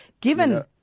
given